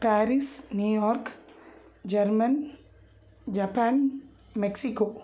Paris New York German Japan Mexico